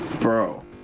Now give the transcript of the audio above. Bro